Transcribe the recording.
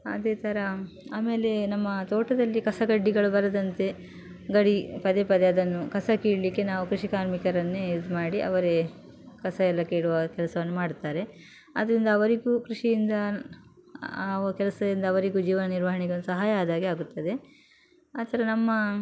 ಅದೇ ಥರ ಆಮೇಲೆ ನಮ್ಮ ತೋಟದಲ್ಲಿ ಕಸ ಕಡ್ಡಿಗಳು ಬರದಂತೆ ಗಡಿ ಪದೇ ಪದೇ ಅದನ್ನು ಕಸ ಕೀಳಲಿಕೆ ನಾವು ಕೃಷಿ ಕಾರ್ಮಿಕರನ್ನೇ ಇದು ಮಾಡಿ ಅವರೇ ಕಸ ಎಲ್ಲ ಕೀಳುವ ಕೆಲಸವನ್ನು ಮಾಡ್ತಾರೆ ಆದ್ದರಿಂದ ಅವರಿಗೂ ಕೃಷಿಯಿಂದ ಕೆಲಸದಿಂದ ಅವರಿಗೂ ಜೀವ ನಿರ್ವಹಣೆಗೆ ಒಂದು ಸಹಾಯ ಆದಾಗೆ ಆಗುತ್ತದೆ ಆ ಥರ ನಮ್ಮ